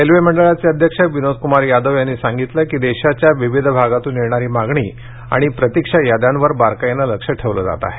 railway मंडळाचे अध्यक्ष विनोद कुमार यादव यांनी सांगितलं की देशाच्या विविध भागातून येणारी मागणी आणि प्रतीक्षा याद्यांवर बारकाईने लक्ष ठेवलं जात आहे